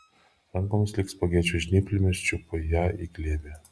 rankomis lyg spagečių žnyplėmis čiupo ją į glėbį